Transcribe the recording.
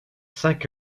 cinq